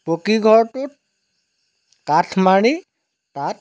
পকী ঘৰটোত কাঠ মাৰি কাঠ